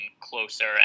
closer